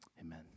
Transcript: Amen